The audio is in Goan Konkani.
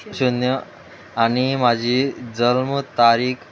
शुन्य आनी म्हाजी जल्म तारीख